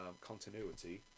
continuity